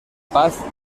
paz